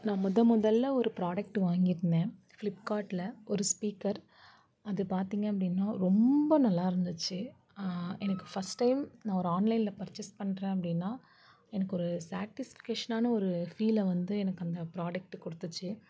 நான் முத முதல்ல ஒரு ப்ராடக் வாங்கியிருந்தேன் ஃபிளிப்கார்ட்ல ஒரு ஸ்பீக்கர் அது பார்த்தீங்க அப்படினா ரொம்ப நல்லாருந்துச்சு எனக்கு ஃபஸ்ட் டைம் நான் ஒரு ஆன்லைன்ல பர்சஸ் பண்றேன் அப்படினா எனக்கு ஒரு சாட்டிஸ்கேஷனான ஒரு ஃபீலை வந்து எனக்கு அந்த ப்ராடக்ட் கொடுத்துச்சி